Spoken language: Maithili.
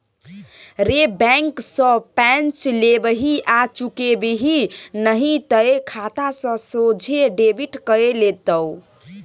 रे बैंक सँ पैंच लेबिही आ चुकेबिही नहि तए खाता सँ सोझे डेबिट कए लेतौ